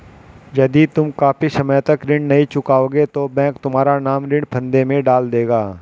यदि तुम काफी समय तक ऋण नहीं चुकाओगे तो बैंक तुम्हारा नाम ऋण फंदे में डाल देगा